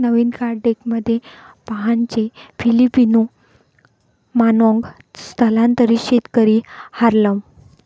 नवीन card डेकमध्ये फाहानचे Filipino मानॉन्ग स्थलांतरित शेतकरी हार्लेम